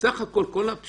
מסך כול הפשיעה,